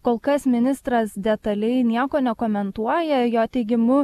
kol kas ministras detaliai nieko nekomentuoja jo teigimu